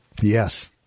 Yes